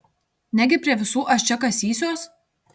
negi prie visų aš čia kasysiuos